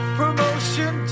promotion